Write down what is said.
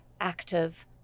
active